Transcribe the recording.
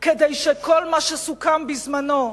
כדי שכל מה שסוכם בזמנו,